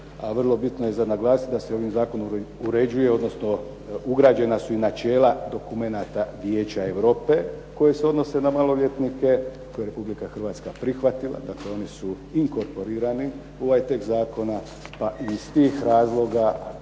vrlo bitno je naglasiti da se ovim zakonom uređuje, odnosno ugrađena su i načela dokumenata Vijeća Europe koji se odnose na maloljetnike, koji je Republika Hrvatska prihvatila. Dakle oni su inkorporirani u ovaj tekst zakona, pa iz tih razloga